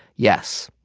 yes,